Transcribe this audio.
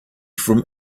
from